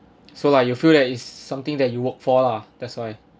so like you feel that is something that you worked for lah that's why